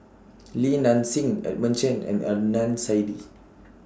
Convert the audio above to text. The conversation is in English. Li Nanxing Edmund Chen and Adnan Saidi